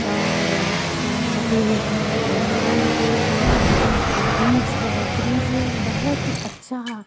और वहाँ पे वहाँ पे एक ब्रिज है ब्रिज बहुत ही अच्छा